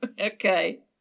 Okay